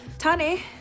Tani